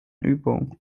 übung